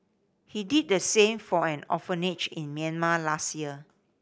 he did the same for an orphanage in Myanmar last year